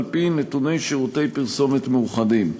על-פי נתוני "שירותי פרסומת מאוחדים".